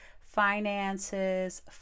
finances